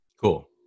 cool